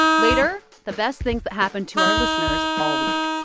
later, the best things that happened to our listeners all week.